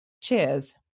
Cheers